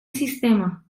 sistema